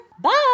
Bye